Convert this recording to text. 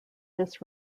this